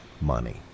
money